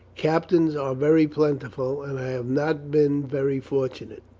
captains are very plentiful, and i have not been very fortunate.